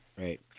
Right